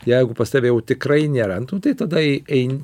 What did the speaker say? jeigu pas tave jau tikrai nėra nu tai tada ei eini